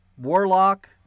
Warlock